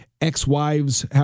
ex-wives